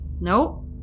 Nope